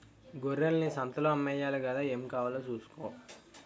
గొర్రెల్ని సంతలో అమ్మేయాలి గదా ఏం కావాలో సూసుకో